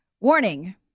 Warning